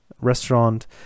restaurant